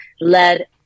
led